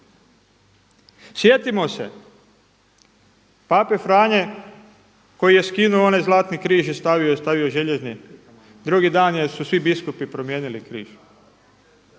Sjetimo se pape Franje koji je skinuo onaj zlatni križ i stavio željezni, drugi dan su svi biskupi promijenili križ?